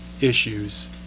issues